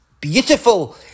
beautiful